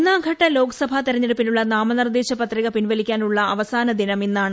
ഒന്നാംഘട്ട ലോക്സഭാ തിരഞ്ഞെടുപ്പിനുള്ള നാമനിർദ്ദേശ പത്രിക പിൻവലിക്കാനുള്ള അവസാന ദിനം ഇന്നാണ്